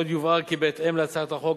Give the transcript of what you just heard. עוד יובהר כי בהתאם להצעת החוק,